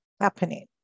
Happening